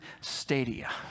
stadia